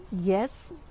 yes